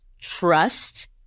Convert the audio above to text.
trust